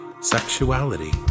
sexuality